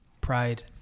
pride